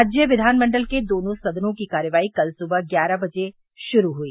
राज्य विधानमंडल के दोनों सदनों की कार्यवाही कल सुवह ग्यारह बजे युरू हुई